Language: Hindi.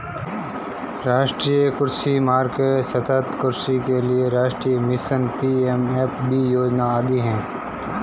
राष्ट्रीय कृषि मार्केट, सतत् कृषि के लिए राष्ट्रीय मिशन, पी.एम.एफ.बी योजना आदि है